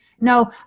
No